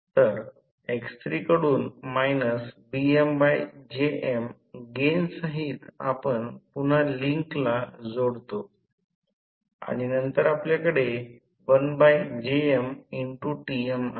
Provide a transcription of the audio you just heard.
तर x3 कडून BmJm gain सहित आपण पुन्हा लिंकला जोडतो आणि नंतर आपल्याकडे 1Jm Tm आहे